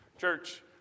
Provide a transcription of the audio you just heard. Church